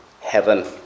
heaven